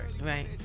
right